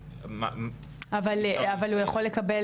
אבל הוא יכול לקבל,